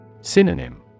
Synonym